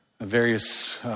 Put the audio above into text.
various